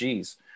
Gs